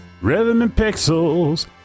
rhythmandpixels